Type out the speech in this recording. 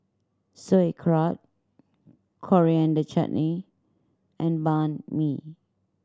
Sauerkraut Coriander Chutney and Banh Mi